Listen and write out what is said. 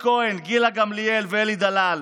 אלי כהן, גילה גמליאל ואלי דלל.